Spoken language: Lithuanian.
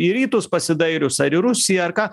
į rytus pasidairius ar į rusiją ar ką